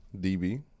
DB